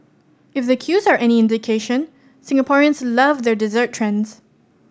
if the queues are any indication Singaporeans love their dessert trends